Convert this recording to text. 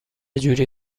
جوری